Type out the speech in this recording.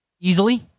Easily